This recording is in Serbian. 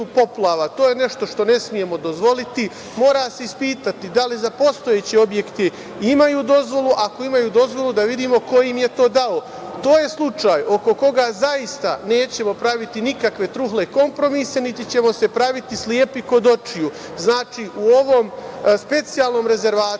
poplava. To je nešto što ne smemo dozvoliti. Mora se ispitati da li za postojeće objekte imaju dozvolu, ako imaju dozvolu, da vidimo ko im je to dao? To je slučaj oko koga zaista nećemo praviti nikakve trule kompromise, niti ćemo se praviti slepi kod očiju. Znači, u ovom specijalnom rezervatu